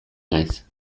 naiz